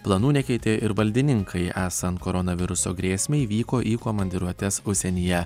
planų nekeitė ir valdininkai esant koronaviruso grėsmei vyko į komandiruotes užsienyje